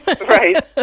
Right